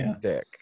dick